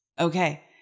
Okay